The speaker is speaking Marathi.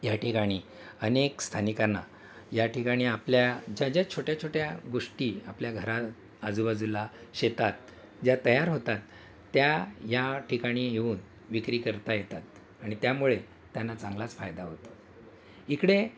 या ठिकाणी अनेक स्थानिकांना या ठिकाणी आपल्या ज्या ज्या छोट्या छोट्या गोष्टी आपल्या घरा आजूबाजूला शेतात ज्या तयार होतात त्या या ठिकाणी येऊन विक्री करता येतात आणि त्यामुळे त्यांना चांगलाच फायदा होतो इकडे